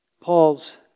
Paul's